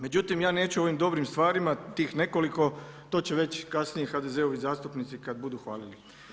Međutim, ja neću o ovim dobrim stvarima tih nekoliko, to će već kasnije HDZ-ovi zastupnici kad budu hvalili.